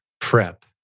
Prep